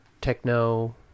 Techno